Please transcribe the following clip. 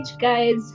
guys